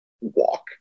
walk